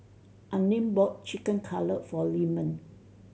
Unnamed bought Chicken Cutlet for Lyman